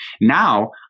Now